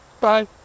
Bye